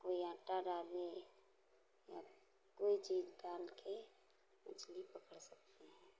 कोई आटा डालें या कोई चीज़ डाल के मछली पकड़ सकते हैं